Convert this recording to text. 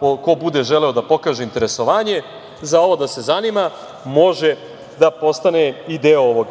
ko bude pokazao interesovanje za ovo, da se zanima, može da postane i deo ovoga.